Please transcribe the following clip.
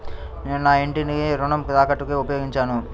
నేను నా ఇంటిని రుణ తాకట్టుకి ఉపయోగించాను